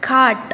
खाट